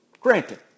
Granted